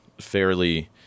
fairly